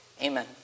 Amen